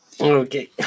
Okay